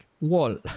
wall